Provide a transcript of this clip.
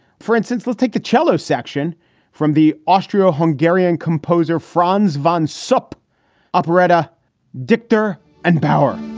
for instance, let's take the cello section from the austrian hungarian composer franz von supp operetta dichter and bauer.